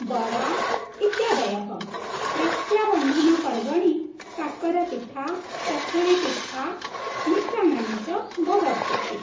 बरा इत्यादयः रक्षाबन्धनपर्वणि कक्करपिट्ठा चक्कुलिपिट्ठा मिष्टन्नानि च भवन्ति